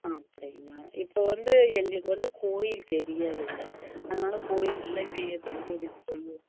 அப்படிங்களா இப்போ வந்து எங்களுக்கு வந்து கோயில் தெரியாதுங்க அதனால கோயிலில் அவகள எப்படி கூட்டிகிட்டு போய்